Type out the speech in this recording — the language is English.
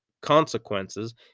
consequences